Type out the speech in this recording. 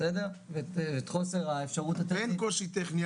את חוסר האפשרות הטכנית --- אין קושי טכני.